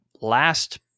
last